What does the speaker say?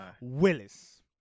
Willis